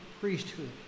priesthood